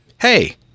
Hey